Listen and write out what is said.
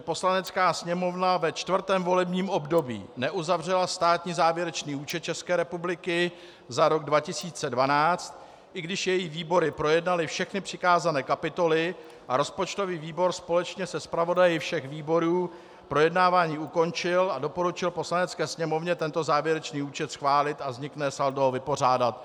Poslanecká sněmovna ve čtvrtém volebním období neuzavřela státní závěrečný účet ČR za rok 2012, i když její výbory projednaly všechny přikázané kapitoly a rozpočtový výbor společně se zpravodaji všech výborů projednávání ukončil a doporučil Poslanecké sněmovně tento závěrečný účet schválit a vzniklé saldo vypořádat.